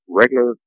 regular